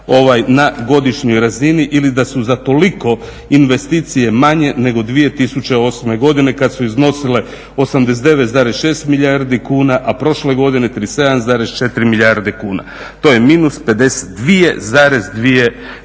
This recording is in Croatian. na godišnjoj razini ili da su za toliko investicije manje nego 2008. godine kad su iznosile 89,6 milijardi kuna, a prošle godine 37,4 milijarde kuna. To je minus 52,2 milijarde